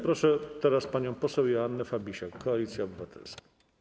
Proszę teraz panią poseł Joannę Fabisiak, Koalicja Obywatelska.